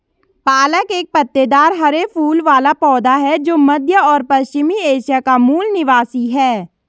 पालक एक पत्तेदार हरे फूल वाला पौधा है जो मध्य और पश्चिमी एशिया का मूल निवासी है